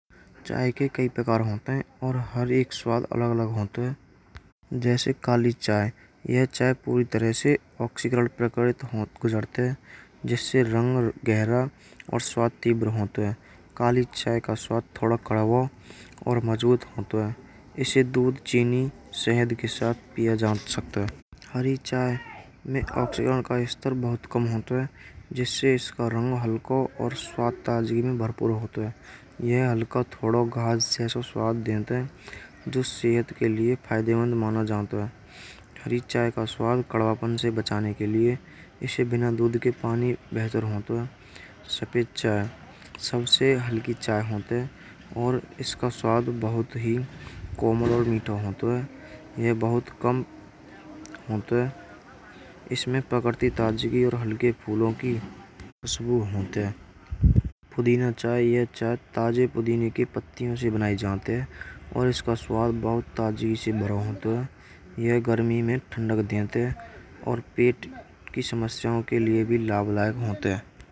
चाय के कई प्रकार होत हैं। और हर एक स्वाद अलग-अलग होते हैं। जैसे काली चाय या चाय पूरी तरह से ऑक्सीकरण प्रकृति हो गुजरते हैं। जैसे रंग गहरा और स्वाद तिव्र होता है। काली चाय का स्वाद थोड़ा कड़वा और मजबूत होता है। इसे दूध, चीनी, शहद के साथ किया जान हो सकता है बहुत कम होता है। जैसे इसका रंग एचेल को और स्वाद ताजगी में भरपूर होते हैं। या हलका थोड़ा देर सेहत के लिए फायदेमंद माना जाता है। हरी चाय का स्वाद कड़वापन से बचाने के लिए। इसे बिना दूध के पानी बेहतर होता है। सफेद चाय: सबसे हल्की चाय होती है। और इसका स्वाद बहुत ही कोमल और मीठा होता है। यह बहुत कम होता है। इसमें प्रकृति ताजगी है। और हलके फूलों की खुशबू होत हैं। पुदीना चाय: यह चाय ताजे पुदीने के पत्तों से बनायी जाती है। और इसका स्वाद बहुत ताजगी से भरो होता है। यह गर्मी में ठंडा देते हैं। और पेट की समस्याओं के लिए भी लाभदायक होते हैं।